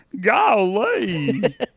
Golly